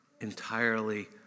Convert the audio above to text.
entirely